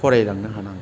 फरायलांनो हानांगोन